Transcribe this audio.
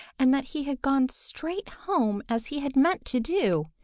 and that he had gone straight home as he had meant to do,